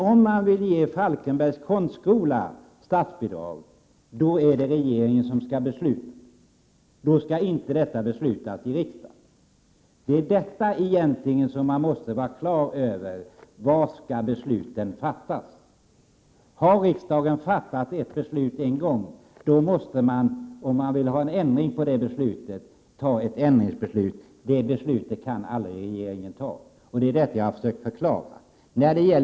Om man vill ge Falkenbergs konstskola statsbidrag, skall inte detta beslutas i riksdagen utan av regeringen. Man måste vara klar över var besluten skall fattas Har riksdagen fattat beslut en gång, då måste man, om man vill ha det beslutet ändrat, fatta ändringsbeslutet i riksdagen. Det är detta jag har försökt förklara.